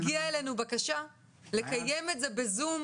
הגיעה אלינו בקשה לקיים את זה בזום,